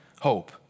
hope